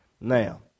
now